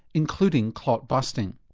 including clot busting.